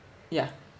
yeah